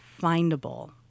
findable